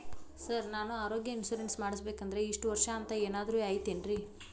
Sir ನಾನು ಆರೋಗ್ಯ insurance ಮಾಡಿಸ್ಬೇಕಂದ್ರೆ ಇಷ್ಟ ವರ್ಷ ಅಂಥ ಏನಾದ್ರು ಐತೇನ್ರೇ?